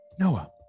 Noah